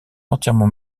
entièrement